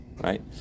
right